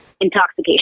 intoxication